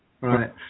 Right